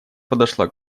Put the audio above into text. подошла